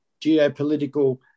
geopolitical